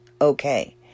okay